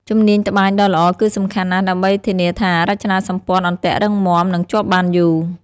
ជំនាញត្បាញដ៏ល្អគឺសំខាន់ណាស់ដើម្បីធានាថា រចនាសម្ព័ន្ធអន្ទាក់រឹងមាំ និងជាប់បានយូរ។